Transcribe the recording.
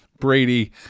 Brady